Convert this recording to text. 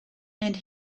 and